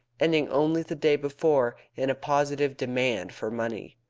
ending only the day before in a positive demand for money.